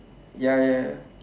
ya ya ya